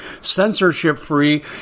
censorship-free